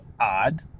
odd